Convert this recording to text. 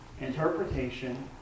interpretation